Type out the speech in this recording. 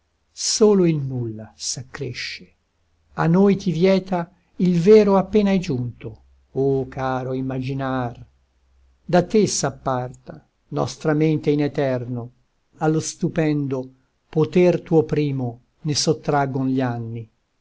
solo il nulla s'accresce a noi ti vieta il vero appena è giunto o caro immaginar da te s'apparta nostra mente in eterno allo stupendo poter tuo primo ne sottraggon gli anni